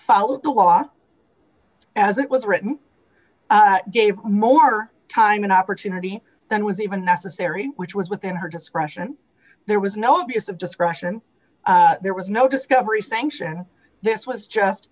follow the law as it was written gave more time and opportunity than was even necessary which was within her discretion there was no abuse of discretion there was no discovery sanction this was just